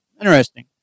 interesting